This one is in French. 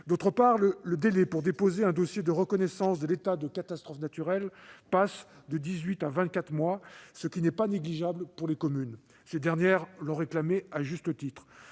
D'autre part, le délai pour déposer un dossier de reconnaissance de l'état de catastrophe naturelle passe de dix-huit à vingt-quatre mois, ce qui n'est pas négligeable pour les communes. Ces dernières le réclamaient à juste titre.